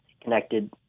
connected